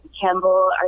Campbell